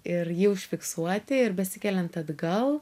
ir jį užfiksuoti ir besikeliant atgal